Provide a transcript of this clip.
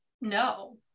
no